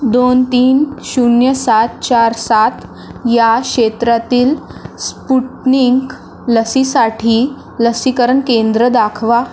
दोन तीन शून्य सात चार सात या क्षेत्रातील स्पुटनिंक लसीसाठी लसीकरण केंद्र दाखवा